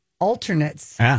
Alternates